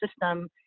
system